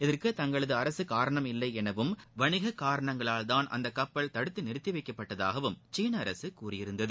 இதற்கு தங்களது அரசு காரணம் இல்லை எனவும் வணிகக் காரணங்களால் தான் அந்த கப்பல் தடுத்து நிறுத்தி வைக்கப்பட்டதாகவும் சீன அரசு கூறி இருந்தது